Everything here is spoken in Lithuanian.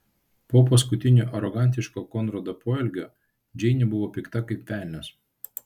po paskutinio arogantiško konrado poelgio džeinė buvo pikta kaip velnias